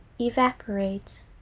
evaporates